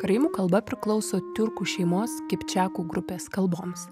karaimų kalba priklauso tiurkų šeimos kipčiakų grupės kalboms